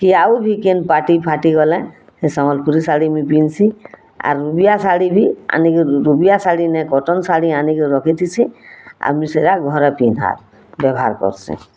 କି ଆଉ ବି କେନ୍ ପାର୍ଟି ଫାର୍ଟି ଗଲେ ହେ ସମ୍ବଲପୁରୀ ଶାଢ଼ୀ ମୁଇଁ ପିନ୍ଧସିଁ ଆରୁ ରୁବିଆ ଶାଢ଼ୀ ବି ଆନିକିରି ରୁବିଆ ଶାଢ଼ୀ ନାଇଁ କଟନ୍ ଶାଢ଼ୀ ଆନିକରି ରଖିଥିସିଁ ଆରୁ ମୁଇଁ ସେଇଟା ଘରେ ପିନ୍ଧା ବ୍ୟବହାର୍ କର୍ସିଁ